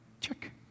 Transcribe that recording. Check